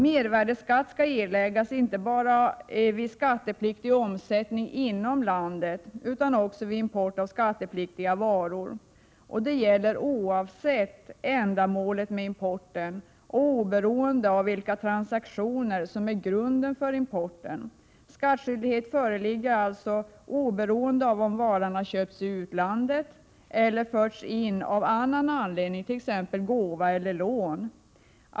Mervärdeskatt skall erläggas inte bara vid skattepliktig omsättning inom landet utan också vid import av skattepliktiga varor. Det gäller oavsett ändamålet med importen och oberoende av vilka transaktioner som är grunden för importen. Skattskyldighet föreligger alltså oberoende av om varan har köpts i utlandet eller förts in av annan anledning, t.ex. som gåva eller lån.